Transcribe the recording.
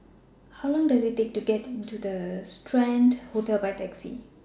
How Long Does IT Take to get to Strand Hotel By Taxi